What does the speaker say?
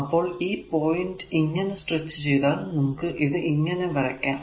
അപ്പോൾ ഈ പോയിന്റ് ഇങ്ങനെ സ്ട്രെച്ച് ചെയ്താൽ നമുക്ക് ഇത് ഇങ്ങനെ വരയ്ക്കാം